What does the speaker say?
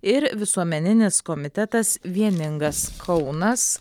ir visuomeninis komitetas vieningas kaunas